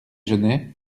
genêts